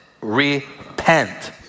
Repent